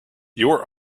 your